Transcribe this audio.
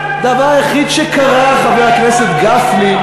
חבר הכנסת גפני,